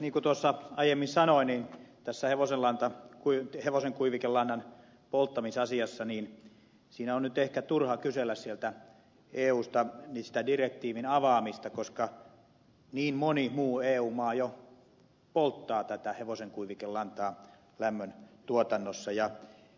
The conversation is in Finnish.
niin kuin aiemmin sanoin niin tässä hevosen kuivikelannan polttamisasiassa on nyt ehkä turha kysellä sieltä eusta direktiivin avaamista koska niin moni muu eu maa jo polttaa hevosen kuivikelantaa lämmöntuotannossa